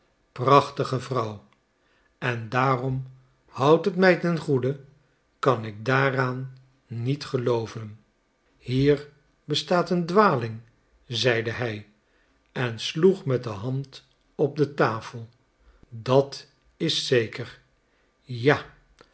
prachtige vrouw en daarom houd het mij ten goede kan ik daaraan niet gelooven hier bestaat een dwaling zeide hij en sloeg met de hand op de tafel dat is zeker ja